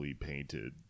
painted